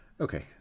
okay